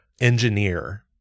engineer